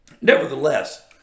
Nevertheless